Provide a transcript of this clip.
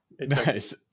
nice